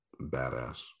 badass